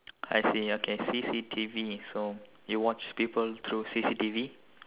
I see okay C_C_T_V so you watch people through C_C_T_V